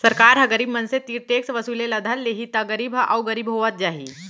सरकार ह गरीब मनसे तीर टेक्स वसूले ल धर लेहि त गरीब ह अउ गरीब होवत जाही